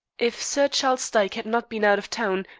if sir charles dyke had not been out of town,